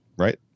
Right